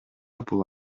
бул